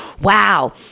Wow